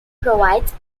provides